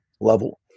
level